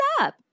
up